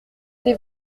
des